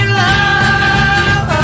love